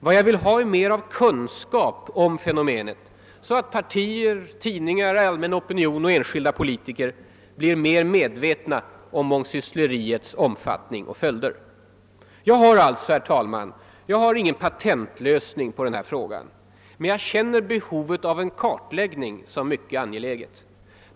Vad jag vill ha är mer av kunskap om fenomenet, så att partier, tidningar, den allmänna opinionen och enskilda politiker blir mer medvetna om mångsyssleriets omfattning och följder. Jag har alltså, herr talman, ingen patentlösning på den här frågan, men jag känner behovet av en kartläggning som mycket angeläget.